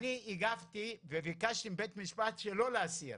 אני הגבתי וביקשתי מבית משפט שלא להסיר,